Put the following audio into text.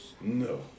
No